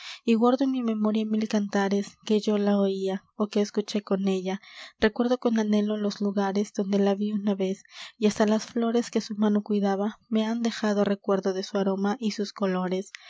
y guardo en mi memoria mil cantares que yo la oía ó que escuché con ella recuerdo con anhelo los lugares donde la ví una vez y hasta las flores que su mano cuidaba me han dejado recuerdo de su aroma y sus colores